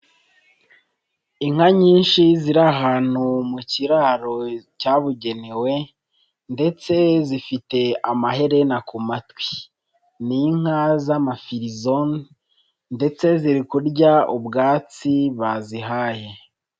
Inka nyinshi ziri ahantu mu kiraro cyabugenewe ndetse zifite amaherena ku matwi, ni inka z'amafirizoni ndetse ziri kurya ubwatsi bazihaye.